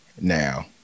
now